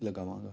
ਲਗਾਵਾਂਗਾ